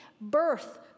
birth